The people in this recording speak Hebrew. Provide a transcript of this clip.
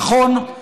נכון,